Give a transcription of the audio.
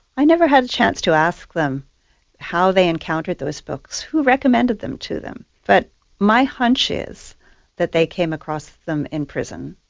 i never had a chance to ask them how they encountered those books, who recommended them to them? but my hunch is that they came across them in prison.